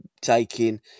taking